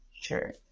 Sure